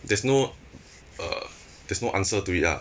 there's no uh there's no answer to it ah